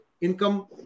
income